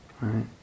right